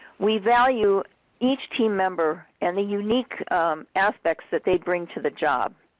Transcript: we value each team member and the unique aspects that they bring to the job.